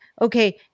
okay